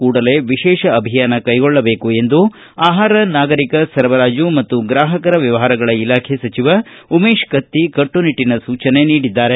ಕೂಡಲೇ ವಿಶೇಷ ಅಭಿಯಾನ ಕೈಗೊಳ್ಳಬೇಕು ಎಂದು ಆಹಾರ ನಾಗರಿಕ ಸರಬರಾಜು ಮತ್ತು ಗ್ರಾಹಕರ ವ್ಯವಹಾರಗಳ ಇಲಾಖೆ ಸಚಿವ ಉಮೇಶ್ ಕತ್ತಿ ಕಟ್ಟುನಿಟ್ಟನ ಸೂಚನೆ ನೀಡಿದ್ದಾರೆ